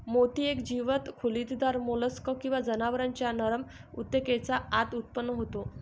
मोती एक जीवंत खोलीदार मोल्स्क किंवा जनावरांच्या नरम ऊतकेच्या आत उत्पन्न होतो